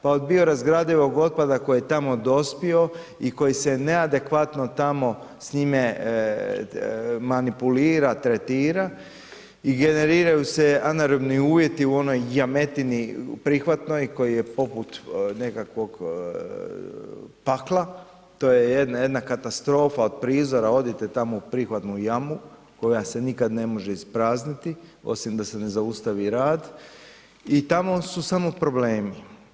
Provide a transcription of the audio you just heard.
Pa od biorazgradivog otpada koji je tamo dospio i koji se neadekvatno tamo s njime manipulira, tretira i generiraju se anarobni uvjeti u onoj jametini prihvatnoj koja je poput nekakvog pakla, to je jedna katastrofa od prizora, odite tamo u prihvatnu jamu koja se nikad ne može isprazniti osim da se ne zaustavi rad i tamo su samo problemi.